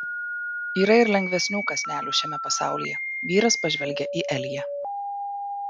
yra ir lengvesnių kąsnelių šiame pasaulyje vyras pažvelgia į eliją